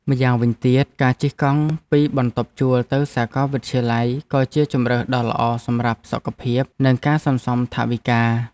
ម៉្យាងវិញទៀត ការជិះកង់ពីបន្ទប់ជួលទៅសាកលវិទ្យាល័យក៏ជាជម្រើសដ៏ល្អសម្រាប់សុខភាព និងការសន្សំថវិកា។